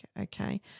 Okay